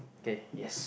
K yes